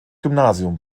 gymnasium